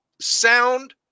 sound